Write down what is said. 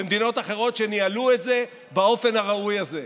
במדינות אחרות שניהלו את זה באופן הראוי הזה.